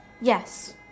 Yes